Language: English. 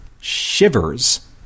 shivers